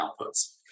outputs